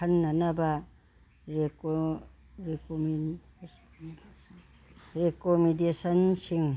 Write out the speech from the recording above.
ꯈꯟꯅꯅꯕ ꯔꯤꯀꯝꯃꯦꯟꯗꯦꯁꯟꯁꯤꯡ